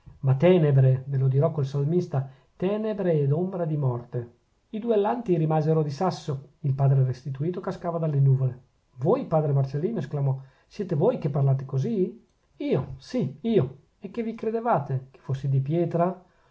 ma tenebre ve lo dirò col salmista tenebre ed ombra di morte i duellanti rimasero di sasso il padre restituto cascava dalle nuvole voi padre marcellino esclamò siete voi che parlate così io sì io e che vi credevate che fossi di pietra